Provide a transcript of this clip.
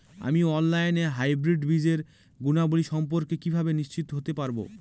আমি অনলাইনে হাইব্রিড বীজের গুণাবলী সম্পর্কে কিভাবে নিশ্চিত হতে পারব?